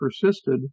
persisted